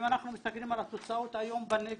אם אנחנו מסתכלים על התוצאות היום בנגב,